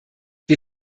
wir